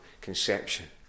conception